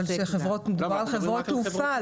אבל מדובר על חברות תעופה,